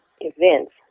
events